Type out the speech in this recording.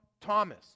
Thomas